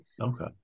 Okay